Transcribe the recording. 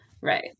Right